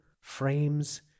frames